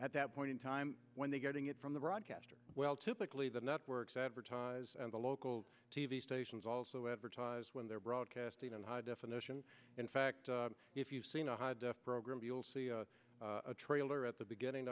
at that point in time when they getting it from the broadcaster well typically the networks advertise the local t v stations also advertise when they're broadcasting in high definition in fact if you've seen a high def programme you'll see a trailer at the beginning